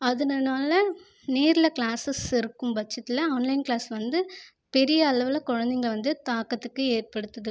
அதுனால நேரில் கிளாஸ்ஸஸ் இருக்கும் பட்சத்தில் ஆன்லைன் கிளாஸ் வந்து பெரிய அளவில குழந்தைங்கள வந்து தாக்கத்துக்கு ஏற்படுத்துது